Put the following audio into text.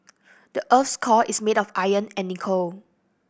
the earth's core is made of iron and nickel